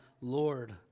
Lord